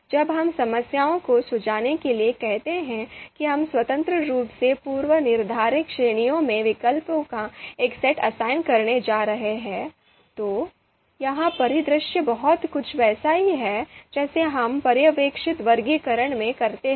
जब हम समस्याओं को सुलझाने के लिए कहते हैं कि हम स्वतंत्र रूप से पूर्वनिर्धारित श्रेणियों में विकल्पों का एक सेट असाइन करने जा रहे हैं तो यह परिदृश्य बहुत कुछ वैसा ही है जैसा हम पर्यवेक्षित वर्गीकरण में करते हैं